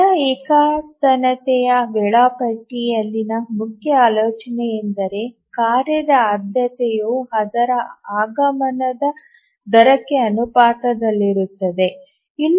ದರ ಏಕತಾನತೆಯ ವೇಳಾಪಟ್ಟಿ ಯಲ್ಲಿನ ಮುಖ್ಯ ಆಲೋಚನೆಯೆಂದರೆ ಕಾರ್ಯದ ಆದ್ಯತೆಯು ಅದರ ಆಗಮನದ ದರಕ್ಕೆ ಅನುಪಾತದಲ್ಲಿರುತ್ತದೆ